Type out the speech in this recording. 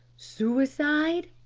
suicide?